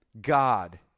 God